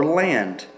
land